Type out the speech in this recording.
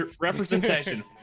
representation